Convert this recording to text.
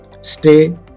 stay